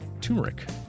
turmeric